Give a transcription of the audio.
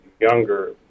younger